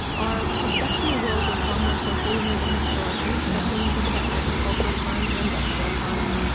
our professional worlds are far more social than they were historically, especially when you think about agricultural times or industrial times.